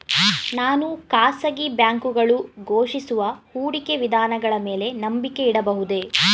ನಾನು ಖಾಸಗಿ ಬ್ಯಾಂಕುಗಳು ಘೋಷಿಸುವ ಹೂಡಿಕೆ ವಿಧಾನಗಳ ಮೇಲೆ ನಂಬಿಕೆ ಇಡಬಹುದೇ?